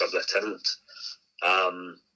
sub-lieutenant